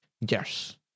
Yes